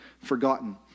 forgotten